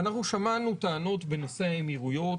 אנחנו שמענו טענות בנושא האמירויות,